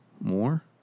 more